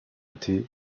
athée